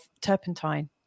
turpentine